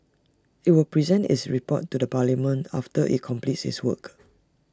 IT will present its report to parliament after IT completes its work